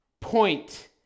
point